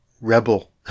rebel